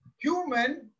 human